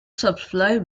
supply